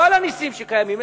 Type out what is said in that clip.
לא על הנסים שקיימים,